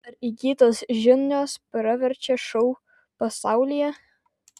ar įgytos žinios praverčia šou pasaulyje